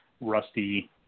rusty